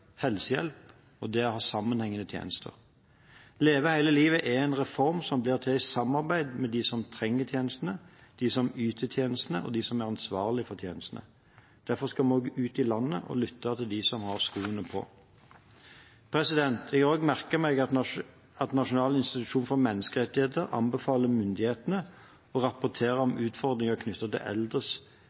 helsehjelp, og det å ha sammenhengende tjenester. Leve hele livet er en reform som blir til i samarbeid med dem som trenger tjenestene, dem som yter tjenestene, og dem som er ansvarlig for tjenestene. Derfor skal vi ut i landet og lytte til dem som har skoene på. Jeg har også merket meg at Nasjonal institusjon for menneskerettigheter anbefaler myndighetene å rapportere om utfordringer knyttet til eldres